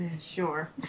Sure